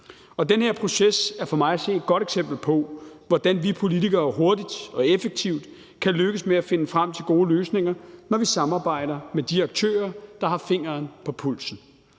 Og den her proces er for mig at se et godt eksempel på, hvordan vi politikere hurtigt og effektivt kan lykkes med at finde frem til gode løsninger, når vi samarbejder med de aktører, der har fingeren på pulsen.